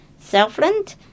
Southland